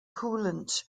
coolant